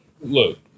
Look